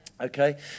Okay